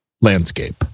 landscape